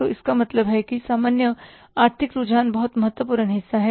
तो इसका मतलब है कि सामान्य आर्थिक रुझान बहुत महत्वपूर्ण हिस्सा हैं